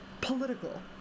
political